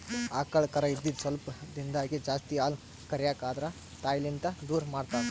ಆಕಳ್ ಕರಾ ಇದ್ದಿದ್ ಸ್ವಲ್ಪ್ ದಿಂದಾಗೇ ಜಾಸ್ತಿ ಹಾಲ್ ಕರ್ಯಕ್ ಆದ್ರ ತಾಯಿಲಿಂತ್ ದೂರ್ ಮಾಡ್ತಾರ್